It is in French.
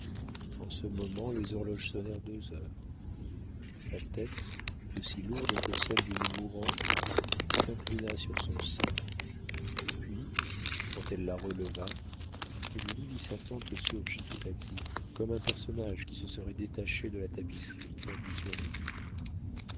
en ce moment les horloges sonnèrent deux heures sa tête aussi lourde que celle d'une mourante s'inclina sur son sein puis quand elle la releva julie vit sa tante surgie tout à coup comme un personnage qui se serait détaché de la tapisserie tendue sur les murs